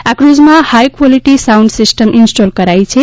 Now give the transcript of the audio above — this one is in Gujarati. આ ક્રુઝમાં હાઇક્વોલીટી સાઉન્ડ સીસ્ટમ ઇન્સ્ટોલ કરાઇ છે